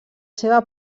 seva